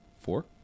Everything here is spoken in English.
Four